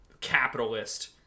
capitalist